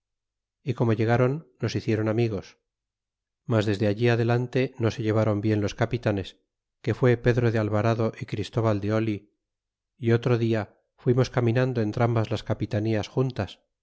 y como llegron nos hicieron amigos mas desde allí adelante no se lleváron bien los capitanes que fué pedro de alvarado y christóval de oli y otro dia fuimos caminando entrambas las capitanías juntas